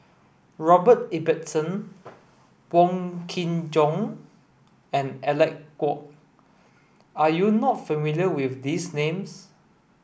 Robert Ibbetson Wong Kin Jong and Alec Kuok are you not familiar with these names